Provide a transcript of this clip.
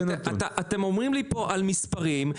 אתם אומרים לי פה על מספרים.